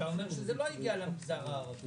אתה אומר שזה לא הגיע למגזר הערבי,